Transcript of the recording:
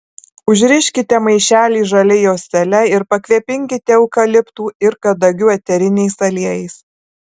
užriškite maišelį žalia juostele ir pakvepinkite eukaliptų ir kadagių eteriniais aliejais